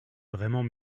vraiment